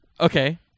Okay